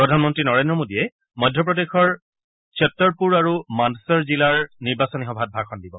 প্ৰধানমন্ত্ৰী নৰেন্দ্ৰ মোদীয়ে মধ্যপ্ৰদেশৰ ছত্তৰপুৰ আৰু মাণ্ডছৰ জিলাৰ নিৰ্বাচনী সভাত ভাষণ দিব